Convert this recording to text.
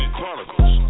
Chronicles